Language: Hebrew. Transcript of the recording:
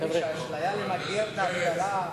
נראה לי שהאשליה למגר את האבטלה,